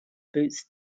boots